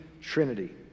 trinity